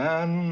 Man